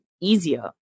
easier